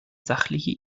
sachliche